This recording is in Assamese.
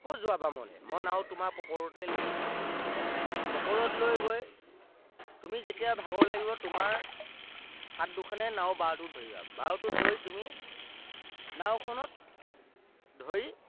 আকৌ যোৱা বামলৈ মই নাও তোমাৰ পকৰতেই লৈ গৈছোঁ পকৰত লৈ গৈ তুমি যেতিয়া ভাগৰ লাগিব তোমাৰ সাত দুখনে নাৱৰ বাওটোত ধৰিবা বাওটোত ধৰি তুমি নাওখনত ধৰি